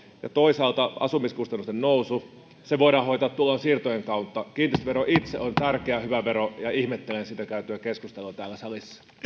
ja toisaalta asumiskustannusten nousu voidaan hoitaa tulonsiirtojen kautta kiinteistövero itse on tärkeä hyvä vero ja ihmettelen siitä käytyä keskustelua täällä salissa